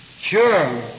Sure